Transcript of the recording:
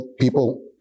people